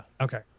Okay